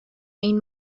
این